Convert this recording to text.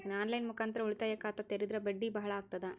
On line ಮುಖಾಂತರ ಉಳಿತಾಯ ಖಾತ ತೇರಿದ್ರ ಬಡ್ಡಿ ಬಹಳ ಅಗತದ?